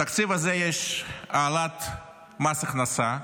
בתקציב הזה יש העלאת מס הכנסה.